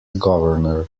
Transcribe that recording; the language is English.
governor